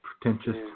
pretentious